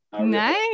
nice